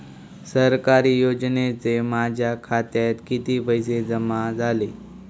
सरकारी योजनेचे माझ्या खात्यात किती पैसे जमा झाले?